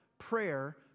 prayer